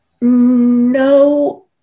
No